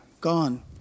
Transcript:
Gone